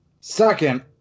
Second